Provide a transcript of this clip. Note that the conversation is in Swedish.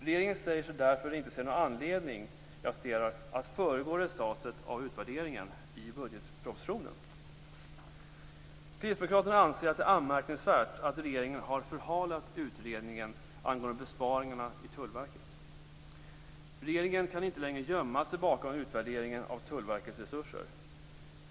Regeringen säger sig därför inte se någon anledning "att föregå resultatet av utvärderingen". Kristdemokraterna anser att det är anmärkningsvärt att regeringen har förhalat utredningen angående besparingarna i Tullverket. Regeringen kan inte längre gömma sig bakom utvärderingen av Tullverkets resurser.